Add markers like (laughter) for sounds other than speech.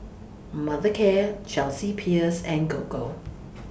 Mothercare Chelsea Peers and Gogo (noise)